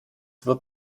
wird